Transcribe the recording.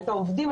את העובדים,